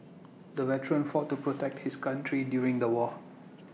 the veteran fought to protect his country during the war